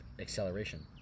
acceleration